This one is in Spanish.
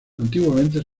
antiguamente